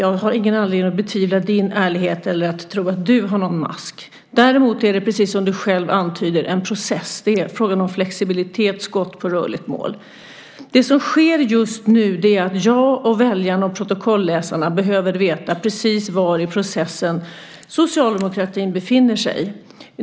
Jag har ingen anledning att betvivla din ärlighet eller tro att du har en mask. Däremot är det, precis som du själv antyder, fråga om en process. Det handlar om flexibilitet, skott på rörligt mål. Det som sker just nu är att jag, väljarna och protokollsläsarna behöver veta precis var i processen socialdemokratin befinner sig.